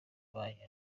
bantu